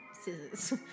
scissors